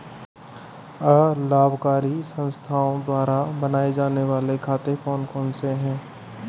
अलाभकारी संस्थाओं द्वारा बनाए जाने वाले खाते कौन कौनसे हैं?